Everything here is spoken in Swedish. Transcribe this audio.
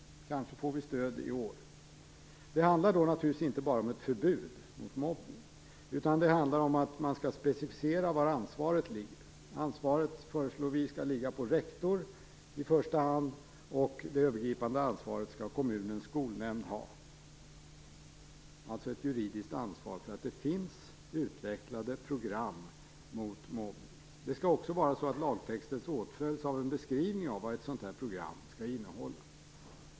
Kanske får vi stöd i år. Det handlar naturligtvis inte bara om ett förbud mot mobbning, utan det handlar om att man skall specificera var ansvaret ligger. Vi föreslår att ansvaret skall ligga i första hand på rektor, och det övergripande ansvaret skall kommunens skolnämnd ha, alltså ett juridiskt ansvar för att det finns utvecklade program mot mobbning. Det skall också vara så att lagtexten åtföljs av en beskrivning av vad ett sådant program skall innehålla.